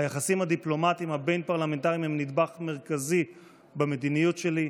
היחסים הדיפלומטיים הבין-פרלמנטריים הם נדבך מרכזי במדיניות שלי.